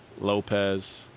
Lopez